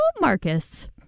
Marcus